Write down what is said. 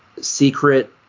secret